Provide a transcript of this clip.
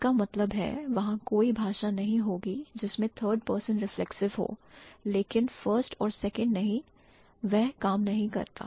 इसका मतलब है वहां कोई भाषा नहीं होगी जिसमें third person reflexive हो लेकिन first और second नहीं वह काम नहीं करता